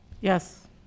Yes